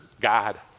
God